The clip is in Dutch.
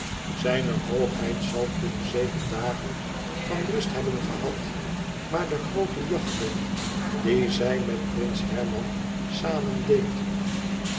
zijne hoogheid zal toen zeker dagen van rust gehad hebben maar de groote jachten die zij met prins herman samen deed